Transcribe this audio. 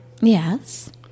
Yes